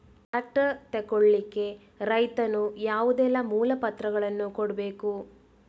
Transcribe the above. Tractor ತೆಗೊಳ್ಳಿಕೆ ರೈತನು ಯಾವುದೆಲ್ಲ ಮೂಲಪತ್ರಗಳನ್ನು ಕೊಡ್ಬೇಕು?